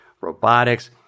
robotics